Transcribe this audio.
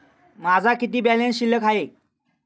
माझा किती बॅलन्स शिल्लक आहे?